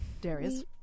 Darius